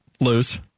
Lose